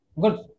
good